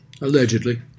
Allegedly